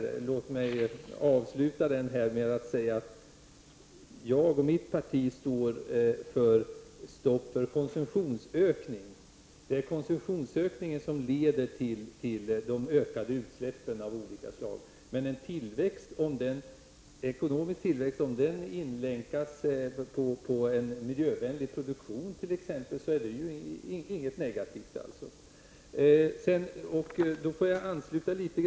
Jag vill dock avsluta den här diskussionen med att säga att jag och mitt parti står för ett stopp när det gäller en ytterligare konsumtionsökning. En sådan leder nämligen till ökade utsläpp av olika slag. Men en ekonomisk tillväxt som inriktas på miljövänlig produktion t.ex. är inte någonting negativt.